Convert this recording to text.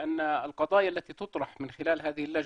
אשר כולם שמים לב שהסוגיות אשר נידונות בוועדה הזו,